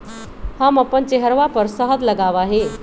हम अपन चेहरवा पर शहद लगावा ही